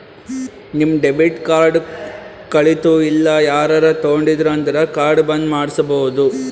ನಿಮ್ debit card ಕಳಿತು ಇಲ್ಲ ಯಾರರೇ ತೊಂಡಿರು ಅಂದುರ್ ಕಾರ್ಡ್ ಬಂದ್ ಮಾಡ್ಸಬೋದು